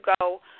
go